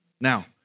Now